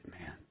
Man